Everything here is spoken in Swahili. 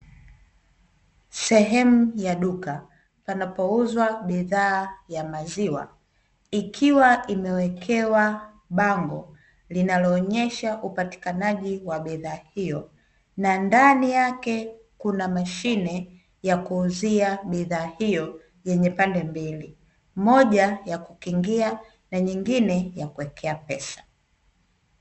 Sehemu ya duka, panapouzwa bidhaa ya maziwa, ikiwa imewekewa bango, linaloonyesha upatikanaji wa bidhaa hiyo, na ndani yake kuna mashine ya kuuzia bidhaa hiyo yenye pande mbili, moja ya kukingia na nyingine ya kuwekea pesa,